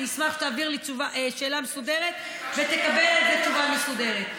אני אשמח שתעביר לי שאלה מסודרת ותקבל על זה תשובה מסודרת.